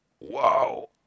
Wow